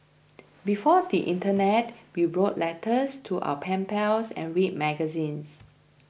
before the Internet we wrote letters to our pen pals and read magazines